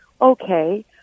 okay